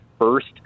first